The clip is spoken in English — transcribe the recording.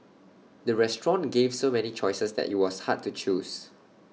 the restaurant gave so many choices that IT was hard to choose